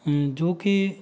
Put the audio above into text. ਜੋ ਕਿ